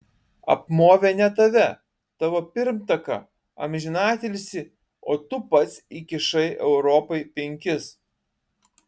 apmovė ne tave tavo pirmtaką amžinatilsį o tu pats įkišai europai penkis